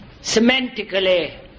semantically